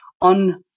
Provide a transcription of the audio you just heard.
on